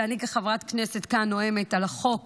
שאני כחברת כנסת כאן נואמת על החוק